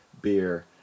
beer